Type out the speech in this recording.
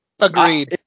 agreed